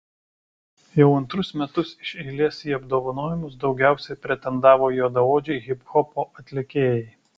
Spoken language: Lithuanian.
jau antrus metus iš eilės į apdovanojimus daugiausiai pretendavo juodaodžiai hiphopo atlikėjai